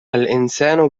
الإنسان